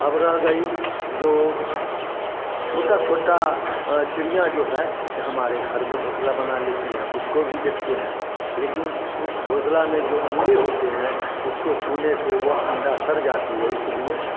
अब रह गई जो छोटा छोटा चिड़ियाँ जो है जैसे हमारे घर में घोंसला बना लेती है उसको भी देखते हैं लेकिन उस घोंसला में जो अंडे होते हैं उसको छूने से वह अंडा सड़ जाती है इसलिए